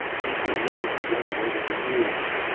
due to immunity gathered over the years,